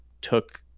took